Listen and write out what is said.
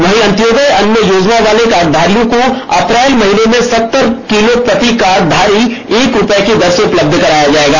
वहीं अन्तयोदय अन्य योजना वाले कार्डधारियों को अप्रैल महीने सत्तर किलो प्रति कार्डधारी एक रूपये की दर से उपलब्ध कराया जाएगा